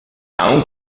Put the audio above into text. aún